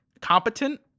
competent